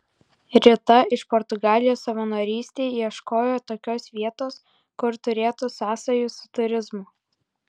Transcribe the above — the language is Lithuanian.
rita iš portugalijos savanorystei ieškojo tokios vietos kuri turėtų sąsajų su turizmu